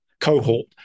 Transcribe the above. cohort